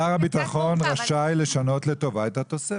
שר הביטחון רשאי לשנות לטובה את התוספת.